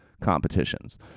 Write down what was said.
competitions